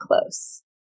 close